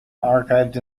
archived